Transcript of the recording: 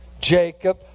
Jacob